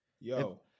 yo